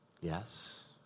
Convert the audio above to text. Yes